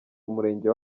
umurenge